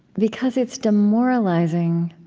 because it's demoralizing,